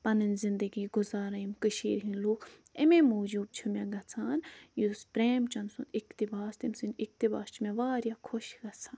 پَنٕنۍ زِندگی گُزاران یِم کٔشیٖرِ ہِنٛدۍ لُکھ امے موٗجوٗب چھِ مےٚ گَژھان یُس پرٛیم چَند سُنٛد اِقتباس تٔمۍ سٕنٛدۍ اِقتباس چھِ مےٚ واریاہ خۄش گَژھان